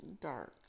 dark